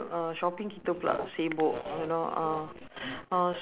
uh what do you called that uh toa payoh one go up a bit